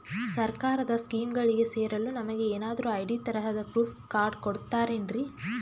ಸರ್ಕಾರದ ಸ್ಕೀಮ್ಗಳಿಗೆ ಸೇರಲು ನಮಗೆ ಏನಾದ್ರು ಐ.ಡಿ ತರಹದ ಪ್ರೂಫ್ ಕಾರ್ಡ್ ಕೊಡುತ್ತಾರೆನ್ರಿ?